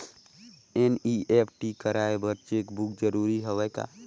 NEFT कराय बर cheque book जरूरी हवय का?